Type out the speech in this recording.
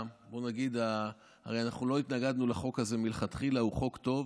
מלכתחילה אנחנו לא התנגדנו לחוק הזה, הוא חוק טוב.